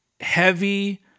Heavy